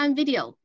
video